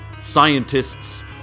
Scientists